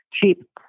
cheap